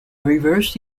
reverse